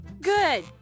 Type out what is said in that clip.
Good